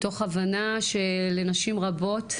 מתוך הבנה שלנשים רבות,